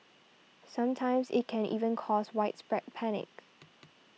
sometimes it can even cause widespread panic